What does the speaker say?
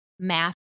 math